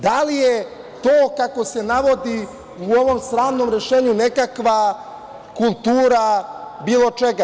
Da li je to, kako se navodi u ovom sramnom rešenju, nekakva kultura bilo čega?